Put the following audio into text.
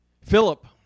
Philip